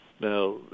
Now